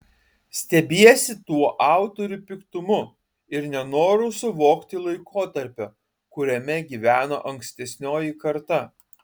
stebiesi tuo autorių piktumu ir nenoru suvokti laikotarpio kuriame gyveno ankstesnioji karta